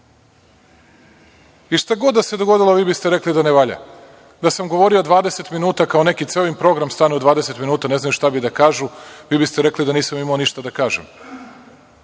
I šta god da se dogodilo vi biste rekli da ne valja. Da sam govorio 20 minuta, kao neki, ceo im program stane u 20 minuta ne znaju šta bi da kažu, vi biste rekli da nisam imao ništa da kažem. Šta